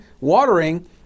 watering